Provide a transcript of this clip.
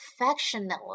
affectionately